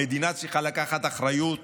המדינה צריכה לקחת אחריות